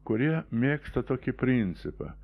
kurie mėgsta tokį principą